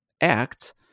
act